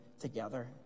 together